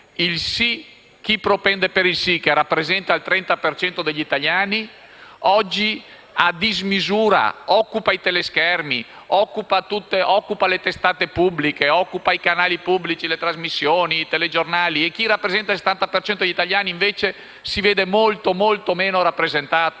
come chi propende per il sì, che rappresenta il 30 per cento degli italiani, oggi a dismisura occupa i teleschermi, occupa le testate pubbliche, occupa i canali pubblici, le trasmissioni, i telegiornali, mentre chi rappresenta il 70 per cento degli italiani si vede molto meno rappresentato.